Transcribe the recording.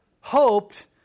hoped